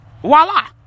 voila